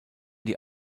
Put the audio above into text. die